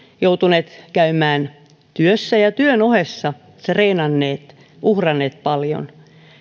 joutuneet käymään työssä ja työn ohessa treenanneet uhranneet paljon